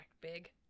big